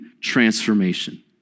transformation